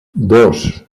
dos